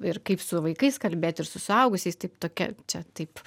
ir kaip su vaikais kalbėt ir su suaugusiais taip tokia čia taip